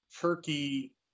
turkey